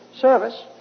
service